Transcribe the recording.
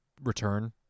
Return